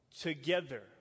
together